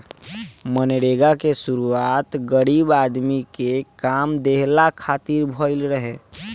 मनरेगा के शुरुआत गरीब आदमी के काम देहला खातिर भइल रहे